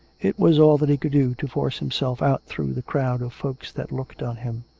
it was all that he could do to force himself out through the crowd of folks that looked on him.